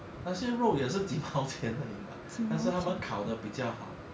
那些肉也是几毛钱而已嘛但是他们考的比较好